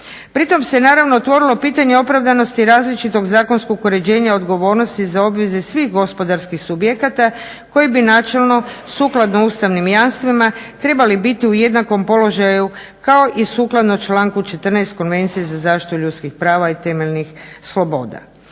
Pri tome se naravno otvorilo pitanje opravdanosti različitog zakonskog uređenje odgovornosti za obveze svih gospodarskih subjekata koji bi načelno sukladno ustavnim jamstvima trebali biti u jednakom položaju kao i sukladno članku 14. Konvencije za zaštitu ljudskih prava i temeljnih sloboda.